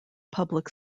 public